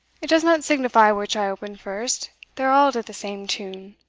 it does not signify which i open first they are all to the same tune.